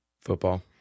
Football